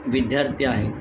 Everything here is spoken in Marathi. विद्यार्थी आहे